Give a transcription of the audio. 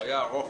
הוא היה ארוך,